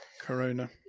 Corona